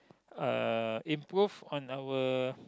uh improve on our